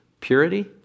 purity